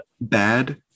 bad